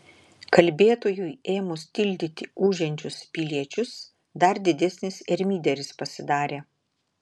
kalbėtojui ėmus tildyti ūžiančius piliečius dar didesnis ermyderis pasidarė